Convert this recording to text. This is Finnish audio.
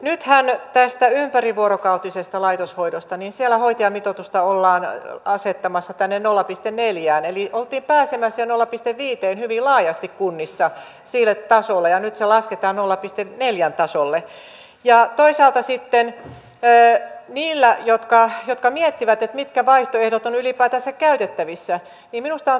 nyt hänet pestaympärivuorokautisestalaitoshoidostamisella hoitajamitoitusta ollaan asettamassattäneen nolla piste neljä eli oltiin pääsemässä läpitte viiteen villa johti kunnissa sille tasolle ja nyt se on ehdottoman tärkeä ja toisaalta sitten jöö niillä jotka he miettivät mitkä ollut hyväksi todettu tapa